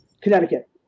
Connecticut